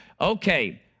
okay